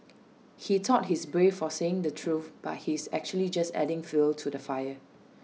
he thought he's brave for saying the truth but he's actually just adding fuel to the fire